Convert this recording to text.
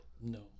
No